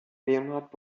leonhardt